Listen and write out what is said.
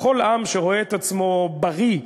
בכל עם שרואה את עצמו בריא,